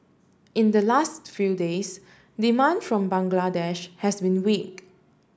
in the last few days demand from Bangladesh has been weak